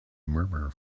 murmur